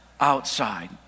outside